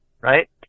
right